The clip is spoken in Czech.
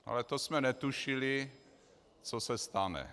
Ale to jsme netušili, co se stane.